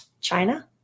China